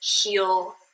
heal